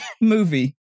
movie